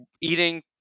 eating